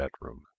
bedroom